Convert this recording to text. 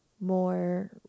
more